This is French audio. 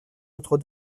notre